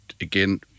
again